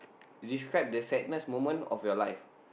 describe the sadness moment of your life